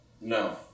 No